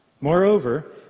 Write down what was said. Moreover